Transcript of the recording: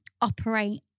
operate